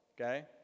Okay